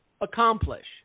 accomplish